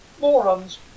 morons